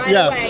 yes